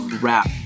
rap